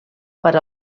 per